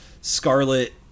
scarlet